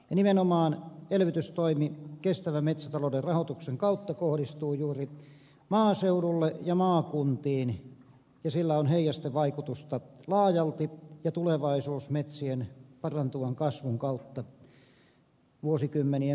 nimenomaan elvytystoimi kestävän metsätalouden rahoituksen kautta kohdistuu juuri maaseudulle ja maakuntiin ja sillä on heijastevaikutusta laajalti tulevaisuuteen metsien parantuvan kasvun kautta vuosikymmenien päähän